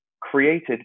created